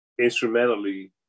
instrumentally